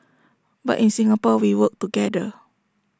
but in Singapore we work together